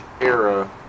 era